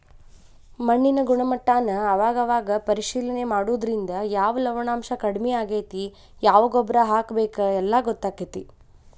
ಮಣ್ಣಿನ ಗುಣಮಟ್ಟಾನ ಅವಾಗ ಅವಾಗ ಪರೇಶಿಲನೆ ಮಾಡುದ್ರಿಂದ ಯಾವ ಲವಣಾಂಶಾ ಕಡಮಿ ಆಗೆತಿ ಯಾವ ಗೊಬ್ಬರಾ ಹಾಕಬೇಕ ಎಲ್ಲಾ ಗೊತ್ತಕ್ಕತಿ